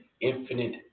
infinite